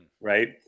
right